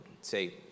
say